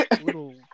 little